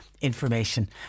information